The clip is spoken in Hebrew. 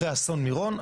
אחרי אסון מירון,